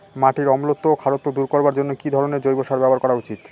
মাটির অম্লত্ব ও খারত্ব দূর করবার জন্য কি ধরণের জৈব সার ব্যাবহার করা উচিৎ?